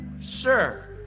Sir